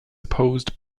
opposed